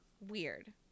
weird